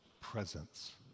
presence